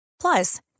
plus